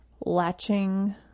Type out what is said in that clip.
latching